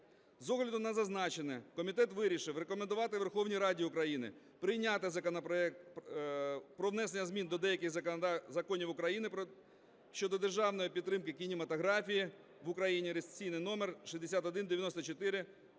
З огляду на зазначене комітет вирішив рекомендувати Верховній Раді України прийняти законопроект про внесення змін до деяких законів України щодо державної підтримки кінематографії в Україні (реєстраційний номер 6194)